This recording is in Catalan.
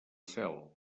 cel